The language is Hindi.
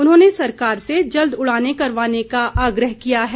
उन्होंने सरकार से जल्द उड़ानें करवाने का आग्रह किया है